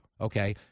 Okay